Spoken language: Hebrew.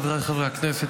חבריי חברי הכנסת,